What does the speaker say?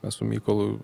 mes su mykolu